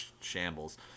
shambles